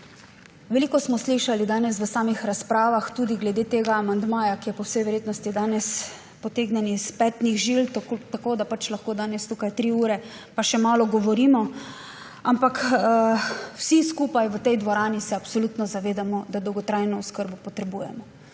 Veliko smo slišali danes v samih razpravah tudi glede tega amandmaja, ki je po vsej verjetnosti danes potegnjen iz petnih žil, tako da lahko danes tukaj tri ure pa še malo govorimo. Ampak vsi skupaj v tej dvorani se absolutno zavedamo, da dolgotrajno oskrbo potrebujemo.